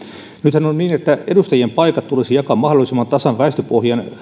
nythän on niin että edustajien paikat tulisi jakaa mahdollisimman tasan väestöpohjan